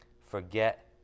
Forget